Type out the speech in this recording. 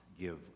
give